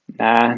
nah